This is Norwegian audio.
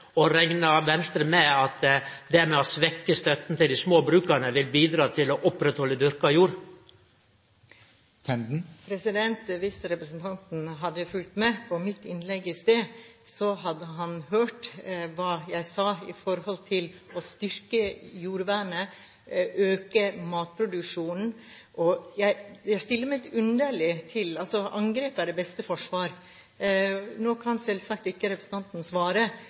Venstre med at det å svekkje støtta til dei små bruka vil bidra til å oppretthalde dyrka jord? Hvis representanten hadde fulgt med på mitt innlegg i sted, hadde han hørt hva jeg sa om å styrke jordvernet, øke matproduksjonen. Angrep er det beste forsvar. Nå kan selvsagt ikke representanten svare, men jeg synes det er underlig